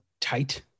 tight